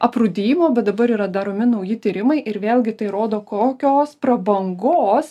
aprūdijimo bet dabar yra daromi nauji tyrimai ir vėlgi tai rodo kokios prabangos